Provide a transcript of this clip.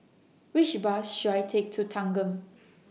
Which Bus should I Take to Thanggam